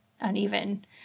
uneven